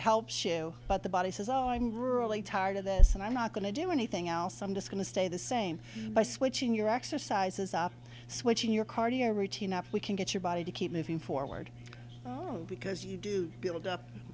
helps you but the body says oh i'm really tired of this and i'm not going to do anything else i'm just going to stay the same by switching your exercises up switching your cardio routine up we can get your body to keep moving forward because you do build up